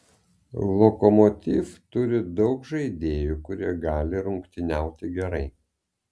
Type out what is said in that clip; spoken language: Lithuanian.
lokomotiv turi daug žaidėjų kurie gali rungtyniauti gerai